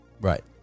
Right